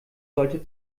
sollte